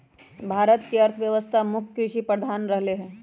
भारत के अर्थव्यवस्था मुख्य कृषि प्रधान रहलै ह